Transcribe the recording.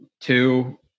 Two